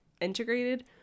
integrated